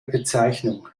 bezeichnung